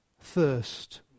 thirst